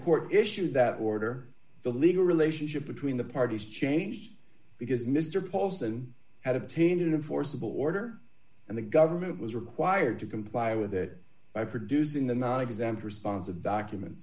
court issued that order the legal relationship between the parties changed because mr paulson had obtained it in forcible order and the government was required to comply with it by producing the nonexempt response of documents